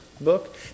book